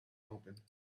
opened